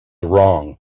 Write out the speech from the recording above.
wrong